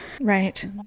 Right